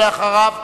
ואחריו,